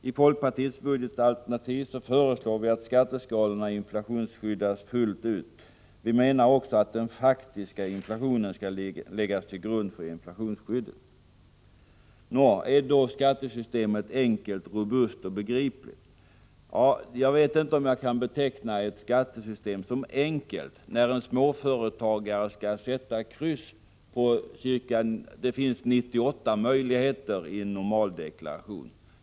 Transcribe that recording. I folkpartiets budgetalternativ föreslår vi att skatteskalorna inflationsskyddas fullt ut. Vi menar också att den faktiska inflationen skall läggas till grund för inflationsskyddet. Nå, är då skattesystemet enkelt, robust och begripligt? Jag vet inte om jag kan beteckna ett skattesystem som enkelt när en småföretagare skall sätta kryss på blanketten och ställs inför 98 möjligheter i en normal deklaration.